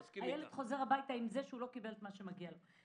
הילד חוזר הביתה כאשר הוא לא קיבל את מה שמגיע לו.